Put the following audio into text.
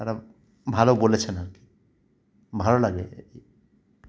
তারা ভালো বলেছেন আর কি ভালো লাগে এই